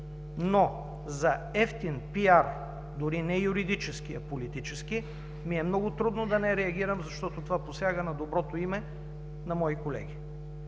Но за евтин пиар, дори не юридически, а политически, ми е много трудно да не реагирам, защото това посяга на доброто име на мои колеги.